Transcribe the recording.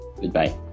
goodbye